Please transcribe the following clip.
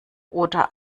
oder